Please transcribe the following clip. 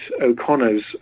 O'Connor's